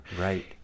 Right